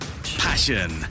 passion